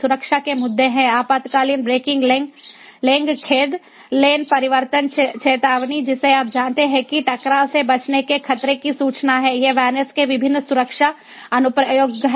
सुरक्षा के मुद्दे हैं आपातकालीन ब्रेकिंग लेंग खेद लेन परिवर्तन चेतावनी जिसे आप जानते हैं कि टकराव से बचने के खतरे की सूचना है ये VANETs के विभिन्न सुरक्षा अनुप्रयोग हैं